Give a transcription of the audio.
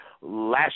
last